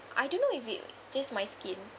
I don't know if it's just my skin